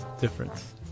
difference